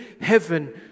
heaven